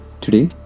Today